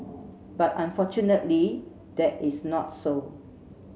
but unfortunately that is not so